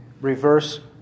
reverse